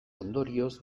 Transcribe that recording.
ondorioz